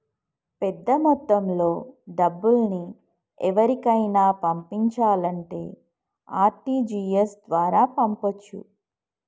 పెద్దమొత్తంలో డబ్బుల్ని ఎవరికైనా పంపించాలంటే ఆర్.టి.జి.ఎస్ ద్వారా పంపొచ్చు